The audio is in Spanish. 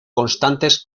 constantes